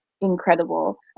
incredible